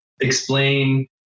explain